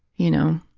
you know.